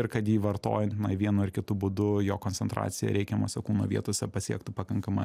ir kad jį vartojant na vienu ar kitu būdu jo koncentracija reikiamose kūno vietose pasiektų pakankamą